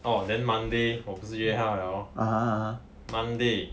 orh then monday 我不是约她 liao lor monday